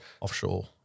offshore